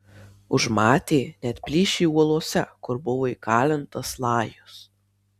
užmatė net plyšį uolose kur buvo įkalintas lajus